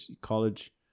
college